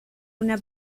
una